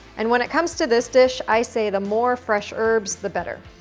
and when it comes to this dish, i say the more fresh herbs, the better.